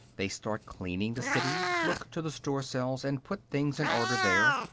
they start cleaning the city, look to the store-cells and put things in order there,